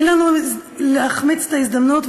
אל לנו להחמיץ את ההזדמנות,